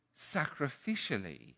sacrificially